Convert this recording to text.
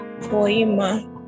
poema